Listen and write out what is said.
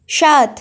সাত